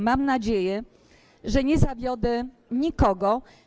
Mam nadzieję, że nie zawiodę nikogo.